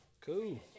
Cool